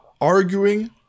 arguing